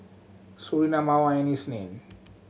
Surinam Mawar and Isnin